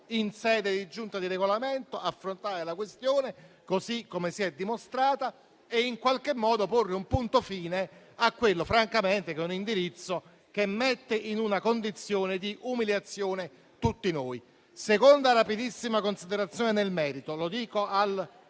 in sede di Giunta per il Regolamento affrontare la questione così come si è mostrata e in qualche modo porre un punto fermo a quello che francamente è un indirizzo che mette in una condizione di umiliazione tutti noi. Aggiungo una seconda rapidissima considerazione nel merito e mi